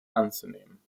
anzunehmen